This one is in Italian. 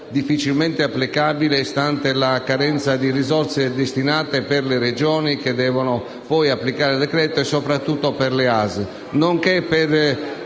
difficilmente applicabile stante la carenza di risorse destinate alle Regioni che dovranno poi applicare le norme e soprattutto alle ASL, nonché per